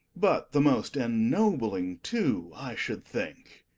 but the most ennobling, too, i should think